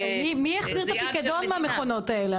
אבל מי יחזיר את הפיקדון מהמכונות האלה?